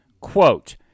quote